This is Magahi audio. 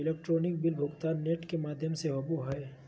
इलेक्ट्रॉनिक बिल भुगतान नेट के माघ्यम से होवो हइ